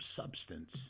substance